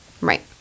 Right